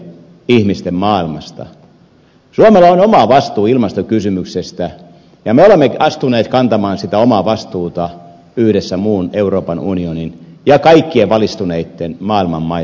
suomella on oma vastuu ilmastokysymyksestä ja me olemme astuneet kantamaan sitä omaa vastuuta yhdessä muun euroopan unionin ja kaikkien valistuneitten maailman maiden kanssa